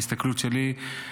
בהסתכלות שלי,